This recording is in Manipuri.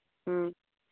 ꯎꯝ